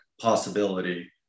possibility